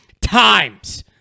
times